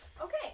Okay